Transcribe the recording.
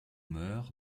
meur